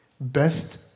best